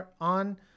on